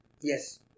Yes